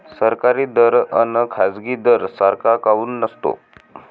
सरकारी दर अन खाजगी दर सारखा काऊन नसतो?